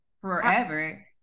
forever